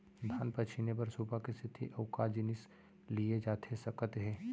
धान पछिने बर सुपा के सेती अऊ का जिनिस लिए जाथे सकत हे?